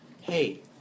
hey